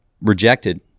rejected